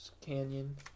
Canyon